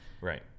Right